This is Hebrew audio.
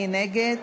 מי נגד?